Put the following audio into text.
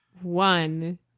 One